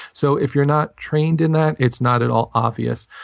so if you're not trained in that, it's not at all obvious.